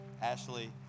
Ashley